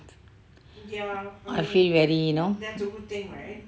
I feel very you know